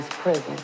prison